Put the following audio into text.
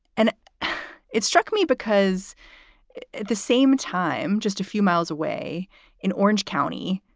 and it struck me because at the same time, just a few miles away in orange county,